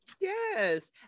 Yes